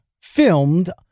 filmed